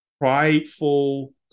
prideful